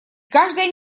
каждая